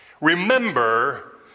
Remember